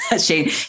Shane